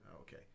okay